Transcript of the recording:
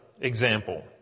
example